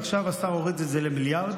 ועכשיו השר הוריד את זה למיליארד.